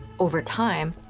over time,